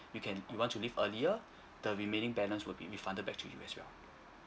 you can you want to leave earlier the remaining balance will be refunded back to you as well